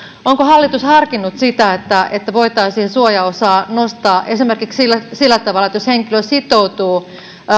onko hallitus harkinnut sitä että voitaisiin suojaosaa nostaa esimerkiksi sillä sillä tavalla että jos henkilö sitoutuu